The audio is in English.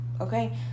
okay